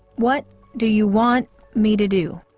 what do you want me to do?